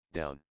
down